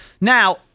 Now